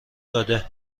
داده